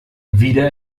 wieder